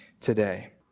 today